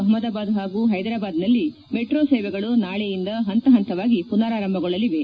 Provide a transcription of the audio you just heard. ಅಹಮದಾಬಾದ್ ಹಾಗೂ ಹೈದ್ರಾಬಾದ್ನಲ್ಲಿ ಮೆಟ್ರೋ ಸೇವೆಗಳು ನಾಳೆಯಿಂದ ಹಂತ ಹಂತವಾಗಿ ಪುನರಾರಂಭಗೊಳ್ಳಲಿವೆ